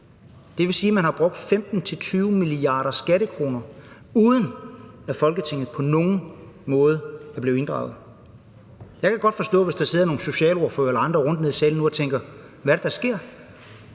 Det vil sige, at man har brugt 15-20 mia. skattekroner, uden at Folketinget på nogen måde er blevet inddraget. Jeg kan godt forstå, hvis der sidder nogle socialordførere eller andre her i salen og tænker: Hvad er det,